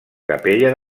capella